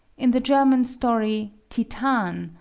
in the german story titan,